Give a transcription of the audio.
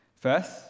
First